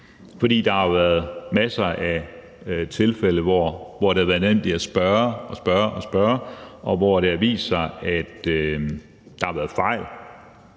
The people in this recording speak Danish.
Der har jo været masser af tilfælde, hvor det har været nødvendigt at spørge og spørge og spørge, og hvor det har vist sig, at der har været begået